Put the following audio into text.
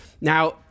Now